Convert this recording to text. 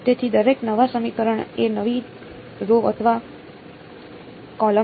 તેથી દરેક નવા સમીકરણ એ નવી રો અથવા કૉલમ છે